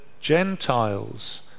Gentiles